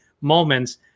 moments